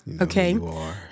okay